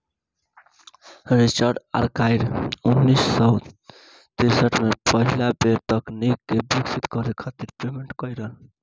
Richard Arkwright उन्नीस सौ तिरसठ में पहिला बेर तकनीक के विकसित करे खातिर पेटेंट करइलन